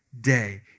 day